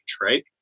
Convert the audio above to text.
Right